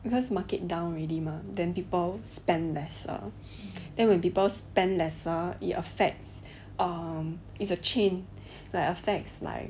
because market down already mah then people spend lesser then when people spend lesser it affects um is a chain like affects like